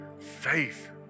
faith